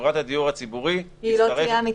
חברת הדיור הציבורי -- היא לא תהיה המתנגד.